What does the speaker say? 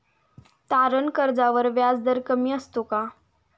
तारण कर्जाचा व्याजदर कमी असतो का?